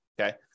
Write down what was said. Okay